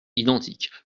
identiques